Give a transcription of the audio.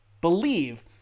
believe